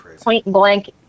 point-blank